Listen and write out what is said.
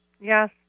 Yes